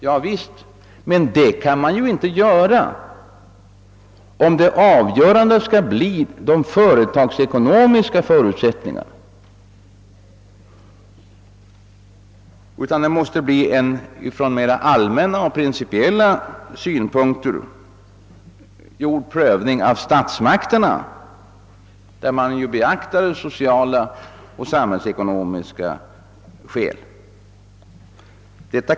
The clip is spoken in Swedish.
Javisst, men det kan man ju inte göra, om de företagsekonomiska =: förutsättningarna skall vara helt avgörande. I stället måste en från mera allmänna och principiella synpunkter gjord prövning av statsmakterna vara avgörande, en prövning där de sociala och samhällsekonomiska skälen beaktas.